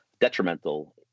detrimental